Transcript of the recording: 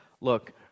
look